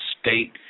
state